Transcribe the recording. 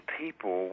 people